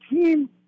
team